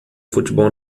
futebol